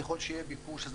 וככל שיהיה ביקוש,